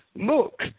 look